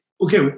Okay